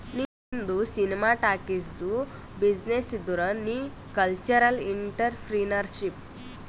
ನಿಂದು ಸಿನಿಮಾ ಟಾಕೀಸ್ದು ಬಿಸಿನ್ನೆಸ್ ಇದ್ದುರ್ ನೀ ಕಲ್ಚರಲ್ ಇಂಟ್ರಪ್ರಿನರ್ಶಿಪ್